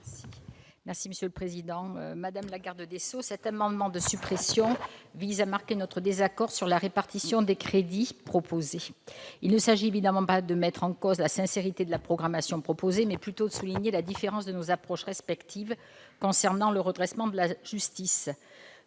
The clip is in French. : La parole est à Mme Josiane Costes. Cet amendement de suppression vise à marquer notre désaccord sur la répartition des crédits proposée. Il s'agit non pas de mettre en cause la sincérité de la programmation, mais plutôt de souligner la différence de nos approches respectives concernant le redressement de la justice.